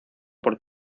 por